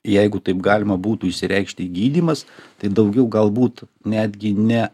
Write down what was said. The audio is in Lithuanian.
jeigu taip galima būtų išsireikšti gydymas tai daugiau galbūt netgi ne